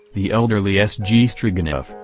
the elderly s. g. stroganov,